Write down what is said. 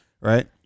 right